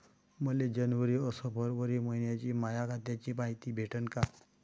मले जनवरी अस फरवरी मइन्याची माया खात्याची मायती भेटन का?